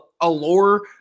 allure